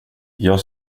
jag